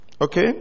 Okay